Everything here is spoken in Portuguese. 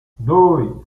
dois